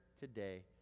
today